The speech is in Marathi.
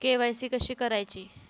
के.वाय.सी कशी करायची?